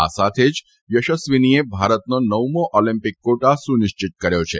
આ સાથે જ યશસ્વીનીએ ભારતનો નવમો એલીમ્પીક ક્વોટા સુનિશ્વિત કર્યો છે